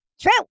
True